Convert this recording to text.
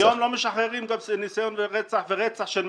היום לא משחררים גם ניסיון לרצח ורצח של מחבלים,